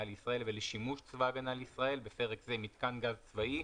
לישראל לשימוש צבא הגנה לישראל (בפרק זה מיתקן גז צבאי),